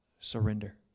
surrender